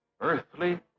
Earthly